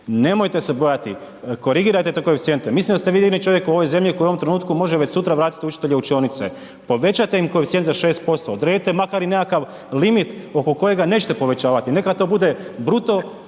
Nemojte se bojati, korigirajte te koeficijente, mislim da ste vi jedini čovjek u ovoj zemlji koji u ovom trenutku može već sutra vratiti u učionice. Povećajte im koeficijent za 6%, odredite makar i nekakav limit oko kojega nećete povećavati, neka to bude bruto